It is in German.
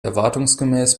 erwartungsgemäß